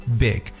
big